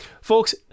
folks